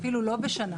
אפילו לא בשנה,